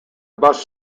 bus